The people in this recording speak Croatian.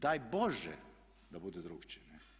Daj Bože da bude drukčije.